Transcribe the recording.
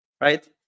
right